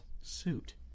Suit